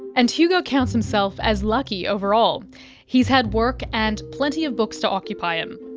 and hugo counts himself as lucky overall he's had work and plenty of books to occupy him.